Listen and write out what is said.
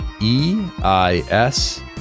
E-I-S